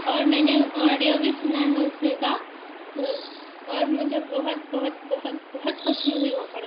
اور میں نے آڈیو بھی سنا ہے اس میں کا اور مجھے بہت بہت بہت بہت خوشی ہوئی وہ پڑھ کر